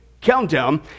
countdown